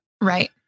Right